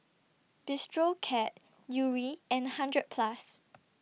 Bistro Cat Yuri and hundred Plus